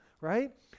right